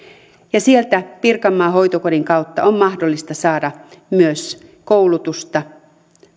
sieltä pirkanmaan hoitokodin kautta on mahdollista saada myös koulutusta